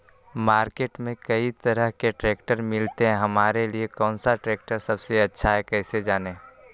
Market में कई तरह के ट्रैक्टर मिलते हैं हमारे लिए कौन सा ट्रैक्टर सबसे अच्छा है कैसे जाने?